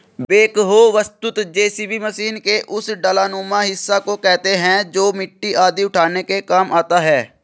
backhoe वस्तुतः JCB machine के उस डालानुमा हिस्सा को कहते हैं जो मिट्टी आदि उठाने के काम आता है